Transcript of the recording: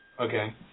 Okay